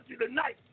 tonight